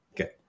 Okay